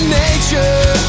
nature